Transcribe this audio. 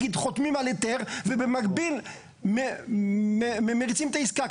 שחותמים על היתר ובמקביל מריצים את העסקה.